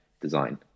design